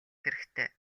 хэрэгтэй